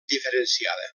diferenciada